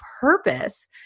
purpose